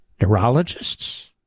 neurologists